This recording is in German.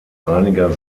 einige